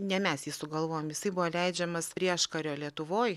ne mes jį sugalvojom jisai buvo leidžiamas prieškario lietuvoj